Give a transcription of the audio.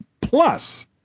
plus